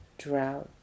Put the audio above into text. drought